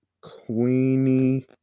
Queenie